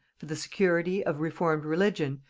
for the security of reformed religion,